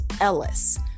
Ellis